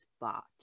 spot